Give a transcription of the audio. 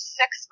six